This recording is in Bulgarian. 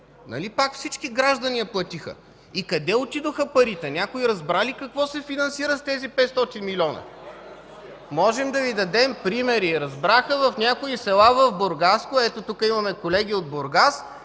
Нали пак всички граждани я платиха! И къде отидоха парите? Някой разбра ли какво се финансира с тези 500 милиона?! Можем да Ви дадем примери. Разбра се в някои села в Бургаско – ето, тук имаме колеги от Бургас